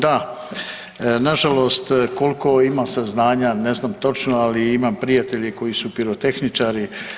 Da, na žalost koliko imam saznanja ne znam točno ali imam prijatelje koji su pirotehničari.